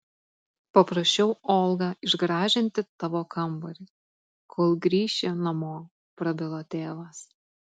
paprašiau olgą išgražinti tavo kambarį kol grįši namo prabilo tėvas